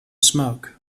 smoke